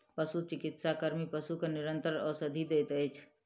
पशुचिकित्सा कर्मी पशु के निरंतर औषधि दैत अछि